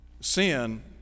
Sin